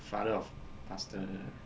the father of pastor